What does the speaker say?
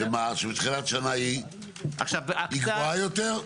שבתחילת שנה היא גבוהה יותר?